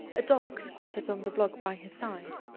a dog squatted on the block by his side.